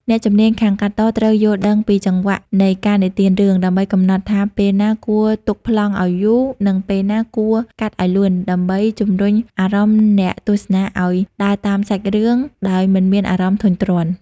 អ្នកជំនាញខាងកាត់តត្រូវយល់ដឹងពីចង្វាក់នៃការនិទានរឿង ដើម្បីកំណត់ថាពេលណាគួរទុកប្លង់ឱ្យយូរ និងពេលណាគួរកាត់ឱ្យលឿន ដើម្បីជម្រុញអារម្មណ៍អ្នកទស្សនាឱ្យដើរតាមសាច់រឿងដោយមិនមានអារម្មណ៍ធុញទ្រាន់។